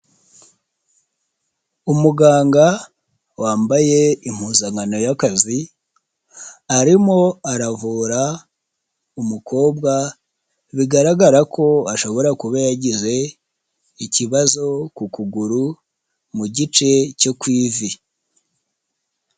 Umuganga wambaye impuzankano y'akazi, arimo aravura umukobwa, bigaragara ko ashobora kuba yagize ikibazo ku kuguru, mu gice cyo ku ivi.